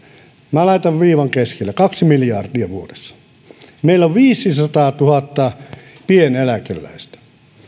laitan viivan keskelle kaksi miljardia vuodessa meillä on viisisataatuhatta pieneläkeläistä